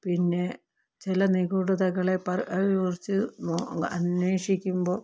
പിന്നെ ചില നിഗൂഢതകളെ കുറിച്ച് അന്വേഷിക്കുമ്പോള്